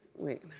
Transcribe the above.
wait.